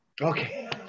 Okay